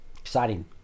exciting